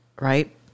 right